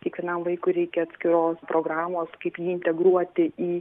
kiekvienam vaikui reikia atskiros programos kaip jį integruoti į